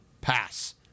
pass